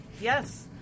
Yes